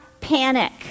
panic